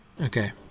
Okay